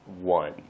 one